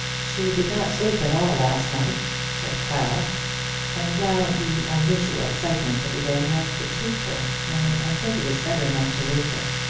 she did not sleep at all last night, said clara and now the unusual excitement of the day has fatigued her, and i think it is better not to wake her.